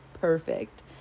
perfect